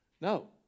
No